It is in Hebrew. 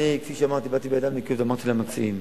כפי שאמרתי, באתי בידיים נקיות ואמרתי למציעים: